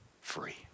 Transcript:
free